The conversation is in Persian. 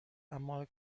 اما